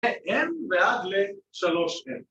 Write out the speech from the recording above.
‫מ-m ועד ל-3m.